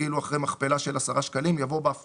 כאילו אחרי "מכפלה של 10 שקלים חדשים"